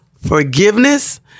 forgiveness